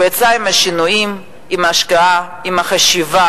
הוא יצא עם השינויים, עם ההשקעה, עם החשיבה,